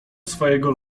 swojego